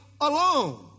alone